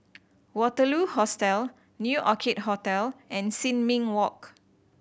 Waterloo Hostel New Orchid Hotel and Sin Ming Walk